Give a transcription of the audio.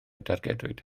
dargedwyd